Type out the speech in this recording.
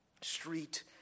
Street